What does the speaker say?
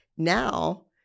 Now